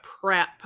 prep